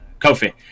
Kofi